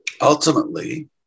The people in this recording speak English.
Ultimately